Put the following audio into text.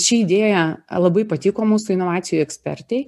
ši idėja labai patiko mūsų inovacijų ekspertei